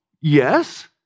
Yes